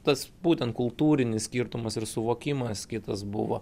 tas būtent kultūrinis skirtumas ir suvokimas kitas buvo